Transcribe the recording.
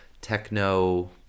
techno